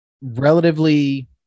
relatively